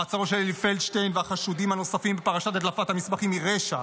מעצרם של אלי פלדשטיין והחשודים הנוספים בפרשת הדלפת המסמכים הוא רשע,